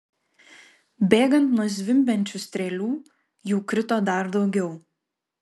bėgant nuo zvimbiančių strėlių jų krito dar daugiau